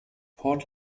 port